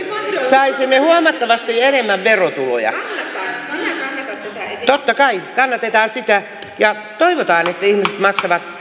saisimme huomattavasti enemmän verotuloja totta kai kannatetaan sitä ja toivotaan että ihmiset maksavat